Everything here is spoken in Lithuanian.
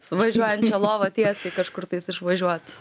su važiuojančia lova tiesiai kažkur tais išvažiuot